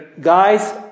guys